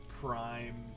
prime